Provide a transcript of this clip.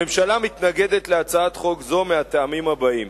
הממשלה מתנגדת להצעת חוק זו מהטעמים הבאים: